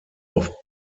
auf